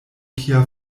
kia